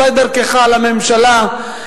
אולי דרכך לממשלה,